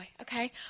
Okay